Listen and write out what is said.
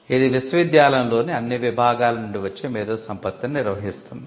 ఇది విశ్వవిద్యాలయంలోని అన్ని విభాగాల నుండి వచ్చే మేధోసంపత్తిని నిర్వహిస్తుంది